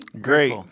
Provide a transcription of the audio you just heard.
Great